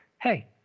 hey